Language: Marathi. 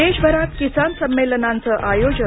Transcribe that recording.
देशभरात किसान संमेलनांचं आयोजन